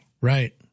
Right